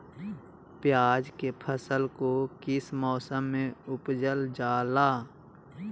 प्याज के फसल को किस मौसम में उपजल जाला?